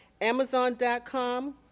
Amazon.com